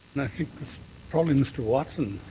and i think this probably mr. watson,